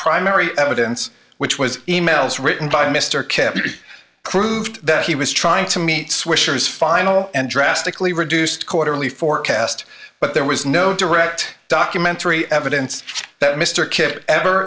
primary evidence which was e mails written by mr kim be proved that he was trying to meet swisher is final and drastically reduced quarterly forecast but there was no direct documentary evidence that mr kid ever